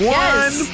one